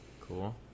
Cool